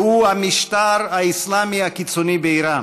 והוא המשטר האסלאמי הקיצוני באיראן,